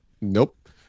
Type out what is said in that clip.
Nope